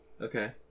Okay